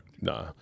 Nah